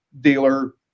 dealer